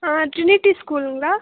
ஆ Trinity ஸ்கூலுங்களா